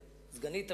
את סגנית המזכיר,